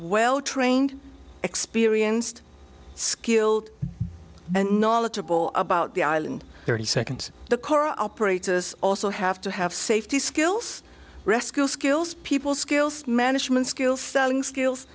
well trained experienced skilled and knowledgeable about the island thirty second the core operators also have to have safety skills rescue skills people skills management skill selling skills